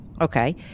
Okay